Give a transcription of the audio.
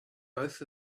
both